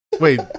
Wait